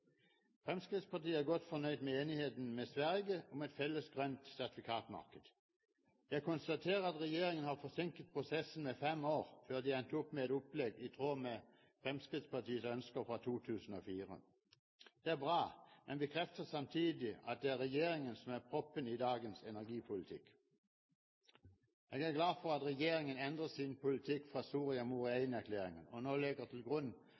Fremskrittspartiet er godt fornøyd med enigheten med Sverige om et felles grønt sertifikatmarked. Jeg konstaterer at regjeringen har forsinket prosessen med fem år før de endte opp med et opplegg i tråd med Fremskrittspartiets ønsker fra 2004. Det er bra, men bekrefter samtidig at det er regjeringen som er proppen i dagens energipolitikk. Jeg er glad for at regjeringen endret sin politikk fra Soria Moria I-erklæringen, og nå legger til grunn